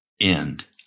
end